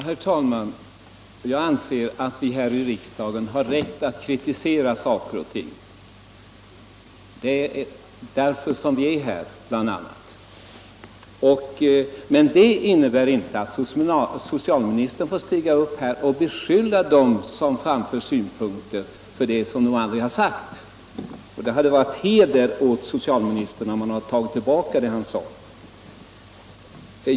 Herr talman! Jag anser att vi i riksdagen har rätt att kritisera saker och ting — det är bl.a. därför som vi är här. Men det innebär inte att socialministern får stiga upp och beskylla dem som framför synpunkter för sådant som de aldrig har sagt, och det hade hedrat socialministern om han tagit tillbaka det han sade.